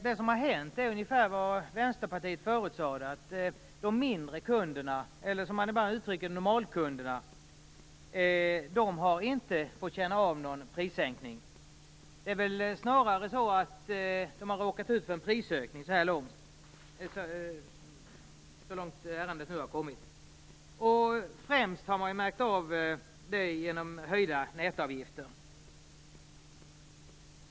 Det som har hänt är ungefär det som Vänsterpartiet förutsade, nämligen att de mindre kunderna, vilka man ibland kallar normalkunderna, inte har fått känna av någon prissänkning. De har snarare råkat ut för en prisökning så här långt. Främst har de märkt av detta genom höjda nätavgifter.